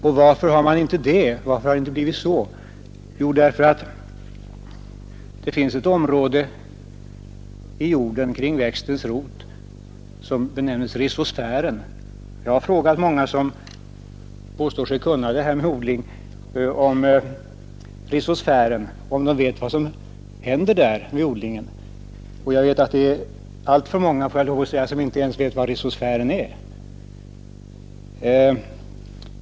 Och varför har det blivit så? Jo, därför att det inte har fungerat så idealiskt i det område i jorden kring växtens rot som benämns rhizosfären. Jag har frågat många som påstår sig känna till växtodling om rhizosfären och om de vet vad som sker där vid odlingen. Alltför många, får jag lov att säga, vet inte ens vad rhizosfären är.